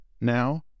Now